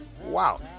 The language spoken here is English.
wow